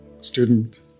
student